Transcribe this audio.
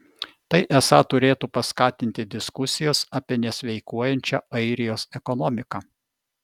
tai esą turėtų paskatinti diskusijas apie nesveikuojančią airijos ekonomiką